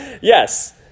yes